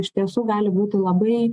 iš tiesų gali būti labai